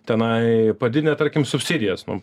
tenai padidinę tarkim subsidijas nu